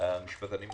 והמשפטנים נכנסו,